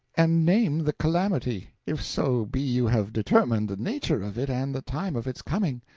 and name the calamity if so be you have determined the nature of it and the time of its coming.